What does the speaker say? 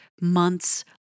months